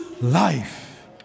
life